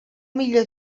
millor